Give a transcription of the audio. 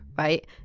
right